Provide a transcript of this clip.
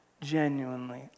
genuinely